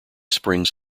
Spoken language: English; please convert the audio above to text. springs